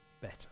better